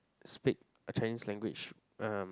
speak Chinese language um